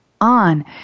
on